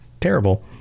terrible